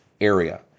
area